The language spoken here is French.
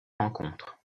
rencontres